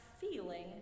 feeling